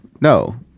No